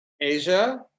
Asia